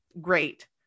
Great